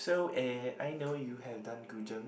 so eh I know you have done Gu Zheng